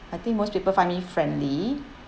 I think most people find me friendly